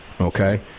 okay